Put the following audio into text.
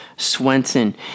Swenson